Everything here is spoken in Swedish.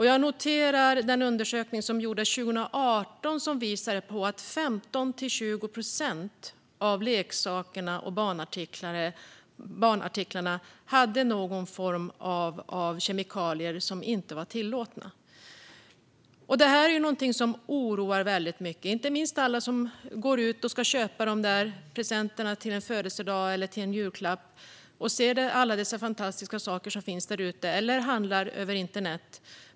Jag noterar den undersökning som gjordes 2018 och som visade att 15-20 procent av leksakerna och barnartiklarna innehöll någon form av kemikalie som inte var tillåten. Det är någonting som oroar väldigt mycket. Det oroar inte minst dem som ska gå ut och köpa de där presenterna till en födelsedag eller julklapp, eller som handlar över internet, och ser alla dessa fantastiska saker som finns där ute.